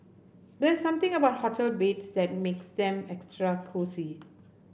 there's something about hotel beds that makes them extra cosy